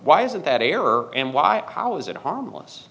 why isn't that error and why how is it harmless